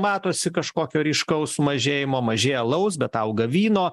matosi kažkokio ryškaus sumažėjimo mažėja alaus bet auga vyno